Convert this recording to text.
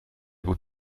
gut